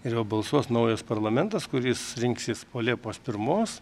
ir jau balsuos naujas parlamentas kuris rinksis po liepos pirmos